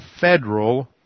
federal